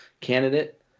candidate